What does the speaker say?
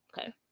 Okay